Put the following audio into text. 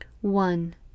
One